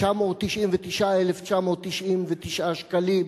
999,999,999 שקלים,